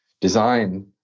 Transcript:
design